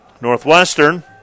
Northwestern